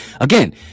again